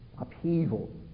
upheaval